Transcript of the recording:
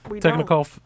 Technical